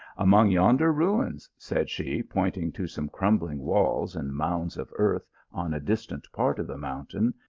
among yonder ruins, said she, pointing to some crumbling walls and mounds of earth on a distant part of the mountain,